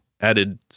added